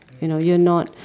you know you're not